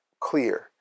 clear